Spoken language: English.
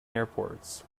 airports